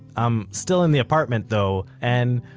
i'm still in the apartment though, and,